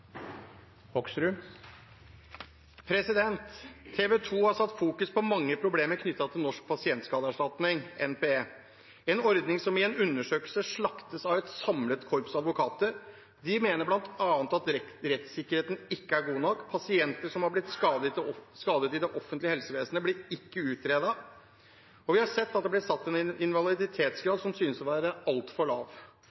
Norsk pasientskadeerstatning , en ordning som i en undersøkelse slaktes av et samlet korps advokater. De mener blant annet rettssikkerheten ikke er god nok. Pasienter som har blitt skadet i det offentlige helsevesenet, blir ikke utredet, og vi har sett at det blir satt en